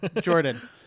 Jordan